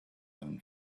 own